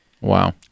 Wow